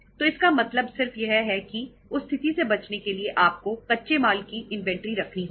तो इसका मतलब सिर्फ यह है कि उस स्थिति से बचने के लिए आपको कच्चे माल की इन्वेंट्री रखनी होगी